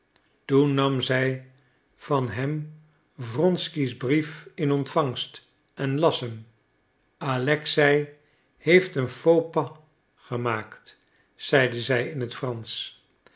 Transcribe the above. toen nam zij van hem wronsky's brief in ontvangst en las hem alexei heeft een faux pas gemaakt zeide zij in het fransch